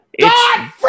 God